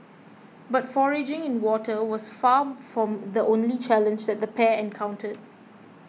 but foraging water was far from the only challenge that the pair encountered